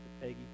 Peggy